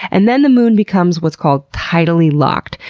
and then the moon becomes what's called tidally locked.